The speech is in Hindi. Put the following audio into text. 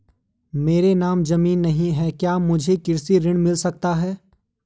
मेरे नाम ज़मीन नहीं है क्या मुझे कृषि ऋण मिल सकता है?